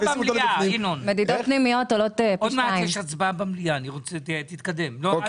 מכניסים אותו לבפנים --- מדידות פנימיות עולות פי שתיים.